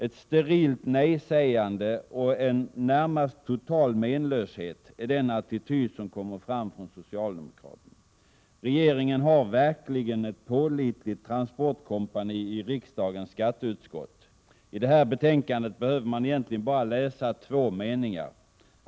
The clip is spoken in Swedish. Ett sterilt nejsägande och en närmast total menlöshet är den attityd som kommer fram från socialdemokraterna. Regeringen har verkligen ett pålitligt transportkompani i riksdagens skatteutskott. I det här betänkandet behöver men egentligen bara läsa två meningar.